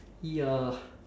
ya